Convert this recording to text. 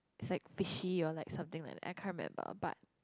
it's like fishy or like something like that I can't remember but